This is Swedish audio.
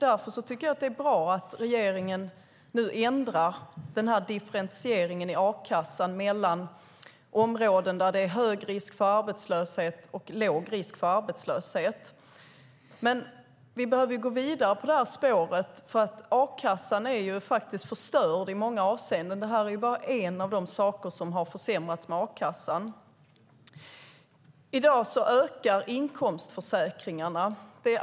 Därför tycker jag att det är bra att regeringen nu ändrar differentieringen i a-kassan mellan områden där det är hög risk för arbetslöshet och områden där det är låg risk för arbetslöshet. Men vi behöver gå vidare på det spåret, för a-kassan är ju förstörd i många avseenden. Det är bara en av de saker som har försämrats med a-kassan. I dag ökar inkomstförsäkringarna.